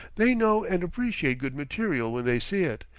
they know and appreciate good material when they see it,